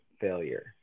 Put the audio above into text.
failure